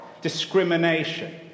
discrimination